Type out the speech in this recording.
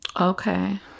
Okay